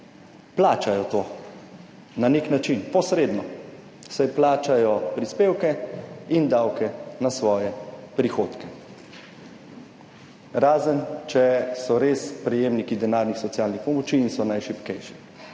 plačajo to na nek način, posredno, saj plačajo prispevke in davke na svoje prihodke, razen če so res prejemniki denarnih socialnih pomoči in so najšibkejši,